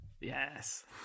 Yes